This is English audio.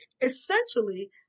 essentially